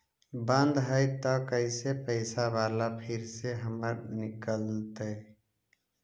बन्द हैं त कैसे पैसा बाला फिर से हमर निकलतय?